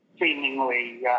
seemingly